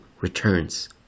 returns